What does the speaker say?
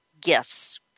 Gifts